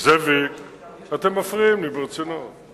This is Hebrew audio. את המכתב לא הזדהו כאזרחים.